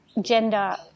gender